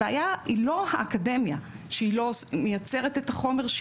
הבעיה היא לא האקדמיה שהיא לא מייצרת את החומר,